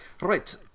Right